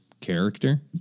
character